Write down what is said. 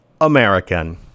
American